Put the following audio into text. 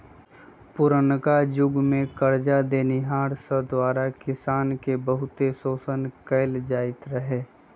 पुरनका जुग में करजा देनिहार सब द्वारा किसान के बहुते शोषण कएल जाइत रहै